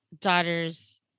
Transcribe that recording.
daughter's